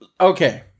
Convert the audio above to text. okay